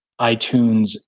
iTunes